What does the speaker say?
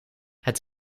het